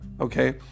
okay